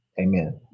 amen